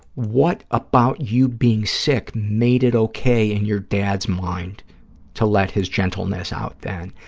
what about you being sick made it okay in your dad's mind to let his gentleness out then?